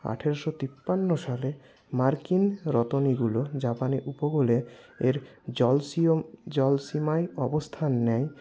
আঠেরোশো তিপ্পান্ন সালে মার্কিন গুলো জাপানের উপকূলে এর জলসীমায় অবস্থান নেয়